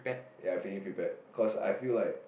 ya feeling prepared cause I feel like